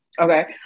Okay